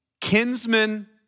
kinsman